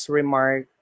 remark